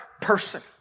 person